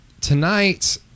tonight